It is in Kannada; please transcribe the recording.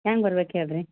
ಹೆಂಗ್ ಬರ್ಬೇಕು ಹೇಳಿರಿ